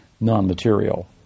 non-material